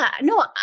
No